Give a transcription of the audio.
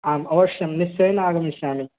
आम् अवश्यं निश्चयेन आगमिष्यामि